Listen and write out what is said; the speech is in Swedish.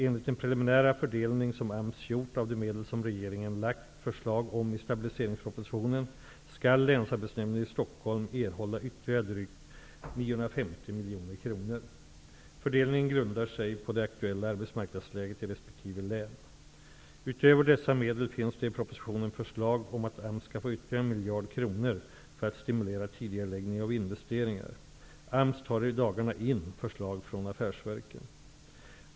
Enligt den preliminära fördelning som AMS gjort av de medel som regeringen lagt fram förslag om i stabiliseringspropositionen skall Länsarbetsnämnden i Stockholm erhålla ytterligare drygt 950 miljoner kronor. Fördelningen grundar sig på det aktuella arbetsmarknadsläget i resp. län. Utöver dessa medel finns det i propositionen förslag om att AMS skall få ytterligare 1 miljard kronor för att stimulera tidigareläggning av investeringar. AMS tar i dagarna in förslag från affärsverken.